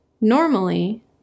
Normally